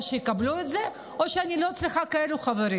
או שיקבלו את זה או שאני לא צריכה כאלה חברים,